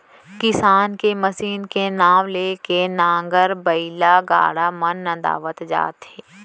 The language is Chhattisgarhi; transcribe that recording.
किसानी के मसीन के नांव ले के नांगर, बइला, गाड़ा मन नंदावत जात हे